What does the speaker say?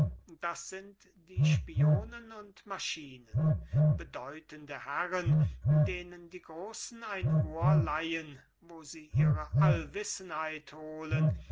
das sind die spionen und maschinen bedeutende herren denen die großen ein ohr leihen wo sie ihre allwissenheit holen